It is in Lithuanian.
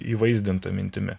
įvaizdinta mintimi